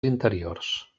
interiors